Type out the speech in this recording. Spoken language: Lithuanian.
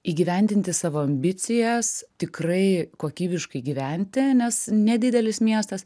įgyvendinti savo ambicijas tikrai kokybiškai gyventi nes nedidelis miestas